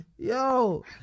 Yo